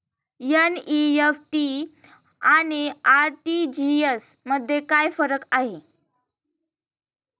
NEFT आणि RTGS मध्ये काय फरक आहे?